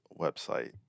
website